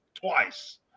twice